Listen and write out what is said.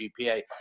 GPA